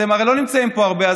אתם הרי לא נמצאים פה הרבה.